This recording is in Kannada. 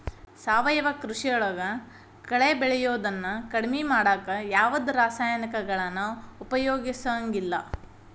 ಸಾವಯವ ಕೃಷಿಯೊಳಗ ಕಳೆ ಬೆಳಿಯೋದನ್ನ ಕಡಿಮಿ ಮಾಡಾಕ ಯಾವದ್ ರಾಸಾಯನಿಕಗಳನ್ನ ಉಪಯೋಗಸಂಗಿಲ್ಲ